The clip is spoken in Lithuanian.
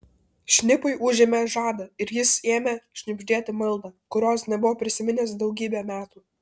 šnipui užėmė žadą ir jis ėmė šnibždėti maldą kurios nebuvo prisiminęs daugybę metų